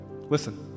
Listen